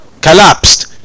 collapsed